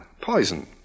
poison